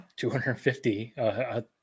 250